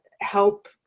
help